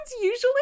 usually